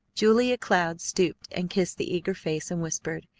julia cloud stooped, and kissed the eager face, and whispered,